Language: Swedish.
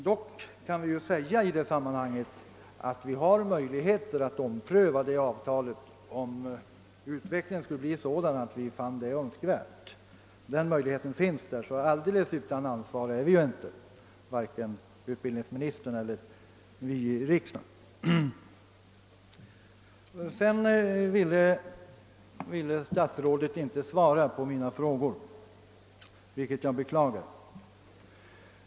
Dock vill jag i det sammanhanget säga, att vi har möjlighet att ompröva avtalet, om utvecklingen skulle bli sådan att vi finner det önskvärt, så alldeles utan ansvar är inte vare sig utbildningsministern eller riksdagen. Statsrådet ville inte svara på mina frågor, vilket jag beklagar.